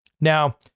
Now